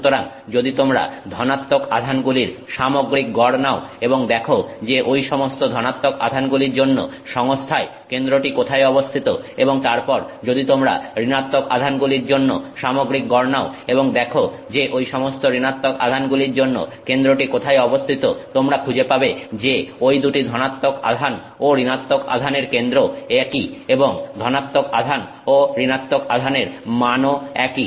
সুতরাং যদি তোমরা ধনাত্মক আধানগুলির সামগ্রিক গড় নাও এবং দেখো যে ঐ সমস্ত ধনাত্মক আধানগুলির জন্য সংস্থায় কেন্দ্রটি কোথায় অবস্থিত এবং তারপর যদি তোমরা ঋণাত্মক আধানগুলির জন্য সামগ্রিক গড় নাও এবং দেখো যে ঐ সমস্ত ঋণাত্মক আধানগুলির জন্য কেন্দ্রটি কোথায় অবস্থিত তোমরা খুঁজে পাবে যে ঐ দুটি ধনাত্মক আধান ও ঋণাত্মক আধানের কেন্দ্র একই এবং ধনাত্মক আধান ও ঋণাত্মক আধানের মানও একই